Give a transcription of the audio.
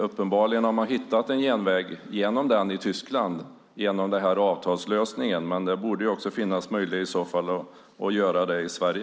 Uppenbarligen har man hittat en genväg i Tyskland genom den här avtalslösningen, men i så fall det borde också finnas möjlighet att göra det i Sverige.